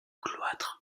cloître